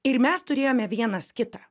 ir mes turėjome vienas kitą